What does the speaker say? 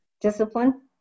Discipline